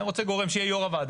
אני רוצה גורם שיהיה יו"ר הוועדה.